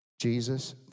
Jesus